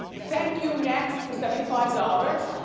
thank you, next for seventy five dollars?